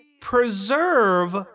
preserve